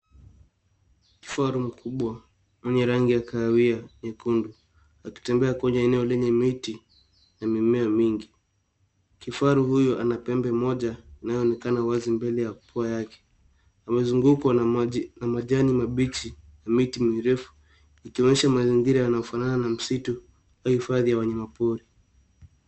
Kifaru mkubwa mwenye rangi ya kahawia nyekundu akitembea kwenye eneo lenye miti na mimea mingi. Kifaru huyu ana pembe moja inayoonekana wazi mbele ya pua yake. Amezungukwa na majani mabichi na miti mirefu ikionesha mazingira yanayofanana na msitu au hifadhi ya wanyama pori.